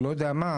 או לא יודע מה,